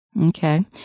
Okay